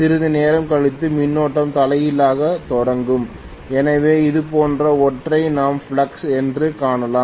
சிறிது நேரம் கழித்து மின்னோட்டம் தலைகீழாகத் தொடங்கும் எனவே இது போன்ற ஒன்றை நாம் ஃப்ளக்ஸ் என்று காணலாம்